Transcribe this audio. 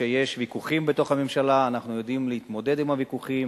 וכשיש ויכוחים בתוך הממשלה אנחנו יודעים להתמודד עם הוויכוחים.